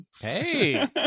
hey